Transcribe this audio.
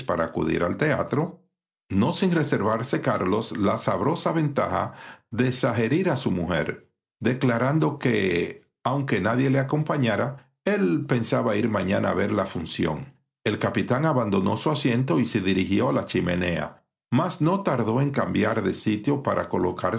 acudir al teatro no sin reservarse carlos la sabrosa ventaja de zaherir a su mujer declarando que aunque nadie le acompañara él pensaba ir mañana a ver la función el capitán abandonó su asiento y se dirigió a la chimenea mas no tardó en cambiar de sitio para colocarse